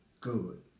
good